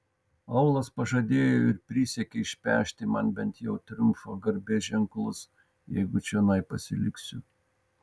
aulas pažadėjo ir prisiekė išpešti man bent jau triumfo garbės ženklus jeigu čionai pasiliksiu